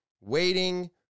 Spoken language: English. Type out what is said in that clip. waiting